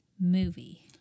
movie